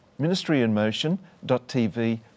ministryinmotion.tv